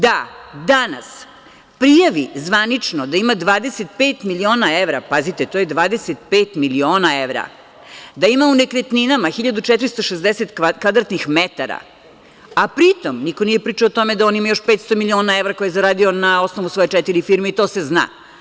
Danas prijavi zvanično da ima 25 miliona evra, pazite, to je 25 miliona evra, da ima u nekretninama 1.460 m2, a pri tom niko nije pričao o tome da on ima još 500 miliona evra koje je zaradio na osnovu svoje četiri firme i to se zna.